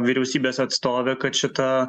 vyriausybės atstovė kad šita